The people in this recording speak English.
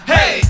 Hey